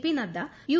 P Nadda U